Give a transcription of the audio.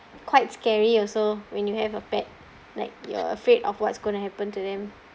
quite scary also when you have a pet like you're afraid of what's going to happen to them